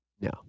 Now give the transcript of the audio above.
No